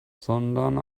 sondern